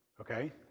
Okay